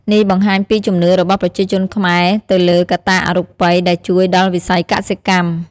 នេះបង្ហាញពីជំនឿរបស់ប្រជាជនខ្មែរទៅលើកត្តាអរូបិយដែលជួយដល់វិស័យកសិកម្ម។